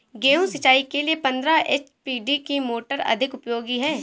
गेहूँ सिंचाई के लिए पंद्रह एच.पी की मोटर अधिक उपयोगी है?